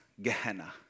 Gehenna